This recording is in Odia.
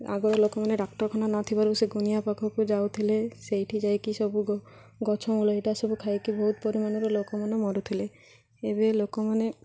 ଆଗ ଲୋକମାନେ ଡାକ୍ତରଖାନା ନଥିବାରୁ ସେ ଗୁଣିଆ ପାଖକୁ ଯାଉଥିଲେ ସେଇଠି ଯାଇକି ସବୁ ଗଛମୂଳ ଏଇଟା ସବୁ ଖାଇକି ବହୁତ ପରିମାଣର ଲୋକମାନେ ମରୁଥିଲେ ଏବେ ଲୋକମାନେ